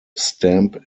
stamp